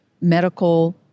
medical